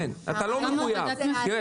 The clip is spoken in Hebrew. אתה לא מחויב.